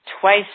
twice